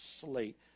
slate